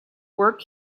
work